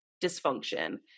dysfunction